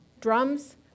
drums